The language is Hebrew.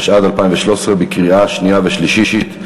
התשע"ד 2013, קריאה שנייה ושלישית.